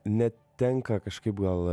net tenka kažkaip gal